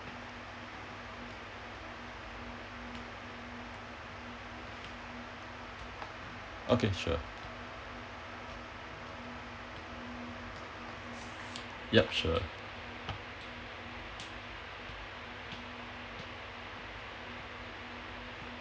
okay sure yup sure